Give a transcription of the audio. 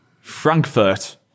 Frankfurt